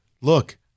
Look